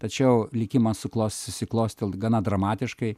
tačiau likimas suklos susiklostė gana dramatiškai